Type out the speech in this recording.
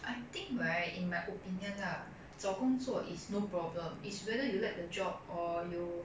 I think right in my opinion lah 找工作 is no problem is whether you like the job or you